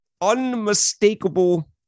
unmistakable